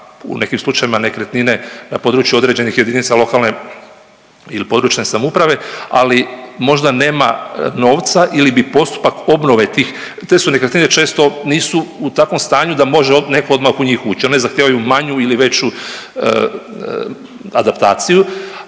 u nekim slučajevima nekretnine na području određenih jedinica lokalne ili područne samouprave, ali možda nema novca ili bi postupak obnove tih, te su nekretnine često nisu u takvom stanju da može odmah netko u njih ući. One zahtijevaju manju ili veću adaptaciju,